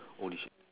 holy shit